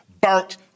burnt